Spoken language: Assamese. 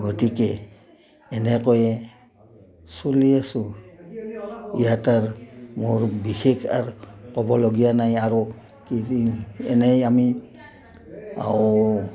গতিকে এনেকৈয়ে চলি আছোঁ ইয়াত আৰু মোৰ বিশেষ আৰু ক'বলগীয়া নাই আৰু কি এনেই আমি আওু